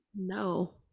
No